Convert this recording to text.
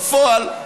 בפועל,